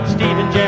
Stephen